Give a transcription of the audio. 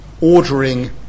ordering